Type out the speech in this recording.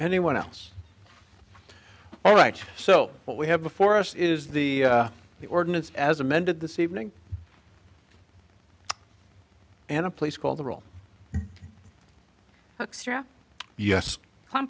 anyone else all right so what we have before us is the ordinance as amended this evening and a place called the rule yes